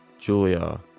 Julia